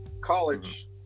college